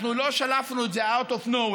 אנחנו לא שלפנו את זה out of nowhere ;